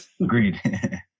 Agreed